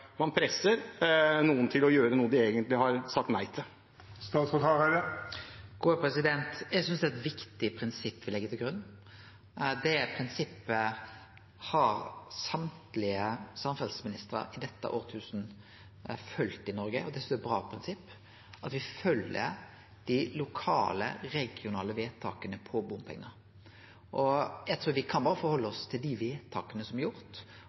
til å gjøre noe de egentlig har sagt nei til? Eg synest det er eit viktig prinsipp me legg til grunn. Det prinsippet har alle samferdselsministrar i dette tusenåret følgt i Noreg, og det synest eg er eit bra prinsipp: at me følgjer dei lokale og regionale vedtaka om bompengar. Me kan berre forhalde oss til dei vedtaka som er